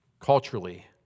culturally